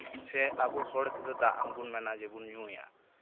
ᱥᱮ ᱟᱵᱚ ᱦᱚᱲ ᱛᱮᱫᱚ ᱫᱟᱜ ᱦᱚᱸᱵᱚᱱ ᱢᱮᱱᱟ ᱡᱮᱵᱚᱱ ᱧᱩᱭᱟ